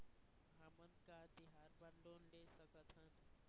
हमन का तिहार बर लोन ले सकथन?